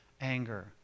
anger